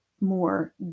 more